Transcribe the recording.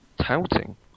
touting